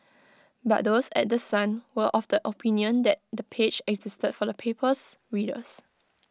but those at The Sun were of the opinion that the page existed for the paper's readers